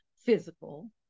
physical